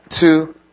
two